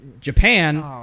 Japan